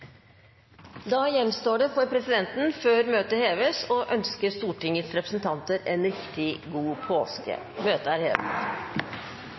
Da gjenstår det for presidenten før møtet heves å ønske Stortingets representanter en riktig god påske. – Møtet er hevet.